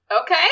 Okay